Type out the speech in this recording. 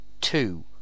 two